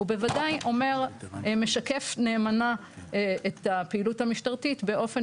הוא בוודאי משקף נאמנה את הפעילות המשטרתית באופן